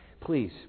please